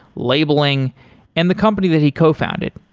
labeling and the company that he cofounded.